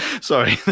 Sorry